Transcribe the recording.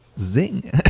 zing